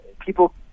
people